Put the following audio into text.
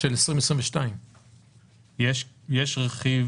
בתקציב 2022. יש רכיב